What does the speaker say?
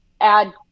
add